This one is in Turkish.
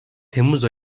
temmuz